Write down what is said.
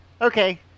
Okay